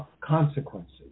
consequences